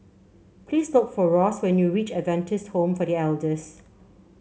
please look for Ross when you reach Adventist Home for The Elders